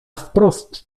wprost